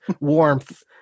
warmth